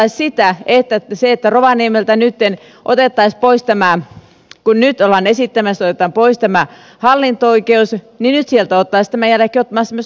sehän tarkoittaisi sitä että kun nyt ollaan esittämässä että rovaniemeltä otetaan pois tämä hallinto oikeus niin nyt sieltä oltaisiin tämän jälkeen ottamassa myös hovioikeus pois